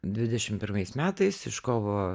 dvidešim pirmais metais iš kovo